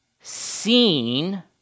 seen